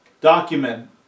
document